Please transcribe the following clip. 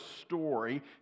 story